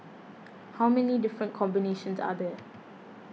how many different combinations are there